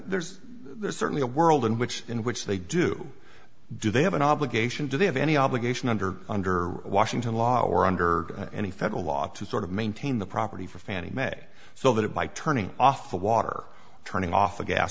that there's certainly a world in which in which they do do they have an obligation to they have any obligation under under washington law or under any federal law to sort of maintain the property for fannie mae so that it by turning off the water turning off the gas